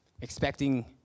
expecting